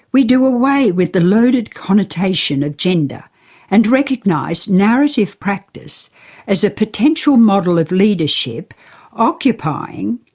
we do away with the loaded connotation of gender and recognise narrative practice as a potent model model of leadership occupying,